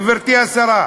גברתי השרה,